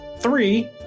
three